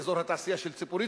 אזור התעשייה של ציפורי,